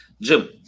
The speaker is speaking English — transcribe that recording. jim